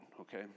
okay